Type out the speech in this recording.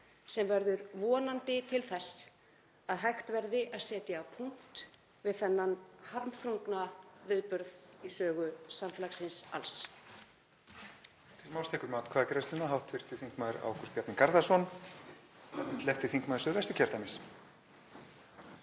sem verður vonandi til þess að hægt verði að setja punkt við þennan harmþrungna viðburð í sögu samfélagsins alls.